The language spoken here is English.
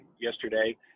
yesterday